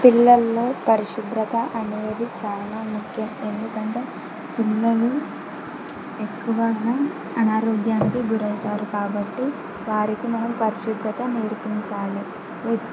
పిల్లల్లో పరిశుభ్రత అనేది చాలా ముఖ్యం ఎందుకంటే పిల్లలు ఎక్కువగా అనారోగ్యానికి గురవుతారు కాబట్టి వారికి మనం పరిశుభ్రత నేర్పించాలి వ